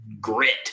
grit